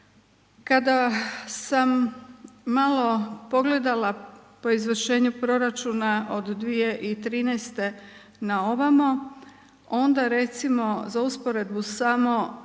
Kada sam malo pogledala po izvršenju proračuna od 2013. na ovamo onda recimo za usporedbu samo